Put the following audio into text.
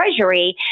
Treasury